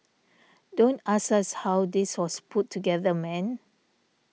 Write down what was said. don't ask us how this was put together man